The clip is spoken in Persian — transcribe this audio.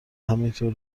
همینطور